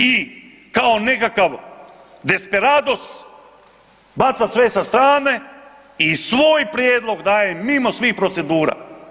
I kao nekakav desperados, baca sve sa strane i svoj prijedlog daje mimo svih procedura.